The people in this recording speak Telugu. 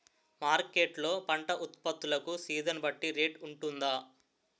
మార్కెట్ లొ పంట ఉత్పత్తి లకు సీజన్ బట్టి రేట్ వుంటుందా?